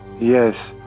Yes